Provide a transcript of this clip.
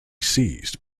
seized